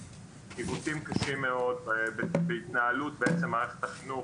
עיוותים קשים מאוד בהתנהלות בעצם מערכת החינוך